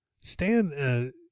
Stan